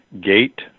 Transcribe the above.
Gate